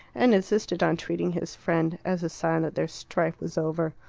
and insisted on treating his friend, as a sign that their strife was over.